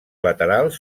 laterals